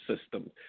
system